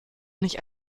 nicht